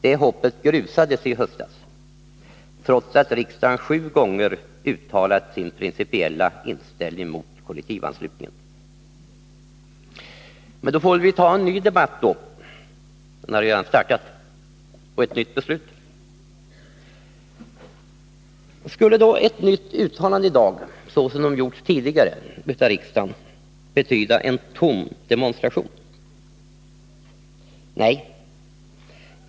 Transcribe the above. Det hoppet grusades i höstas, trots att riksdagen sju gånger uttalat sin principiella inställning mot kollektivanslutningen. Men då får vi väl ta en ny debatt — den har redan startat — och fatta ett nytt beslut. Skulle ett nytt uttalande i dag, av samma innebörd som de uttalanden som gjorts tidigare av riksdagen, betyda en tom demonstration? Nej!